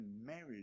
marriage